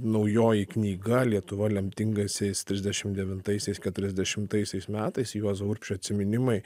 naujoji knyga lietuva lemtingaisiais trisdešim devintaisiais keturiasdešimtaisiais metais juozo urbšio atsiminimai